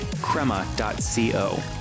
Crema.co